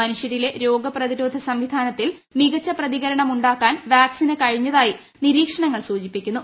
മനുഷ്യരിലെ രോഗപ്രതിരോധ സംവിധാനത്തിൽ മികച്ച പ്രതികരണം ഉണ്ടാക്കാൻ വാക്ട്സിന് കഴിഞ്ഞതായി നിരീക്ഷണങ്ങൾ സൂചിപ്പിക്കുന്നു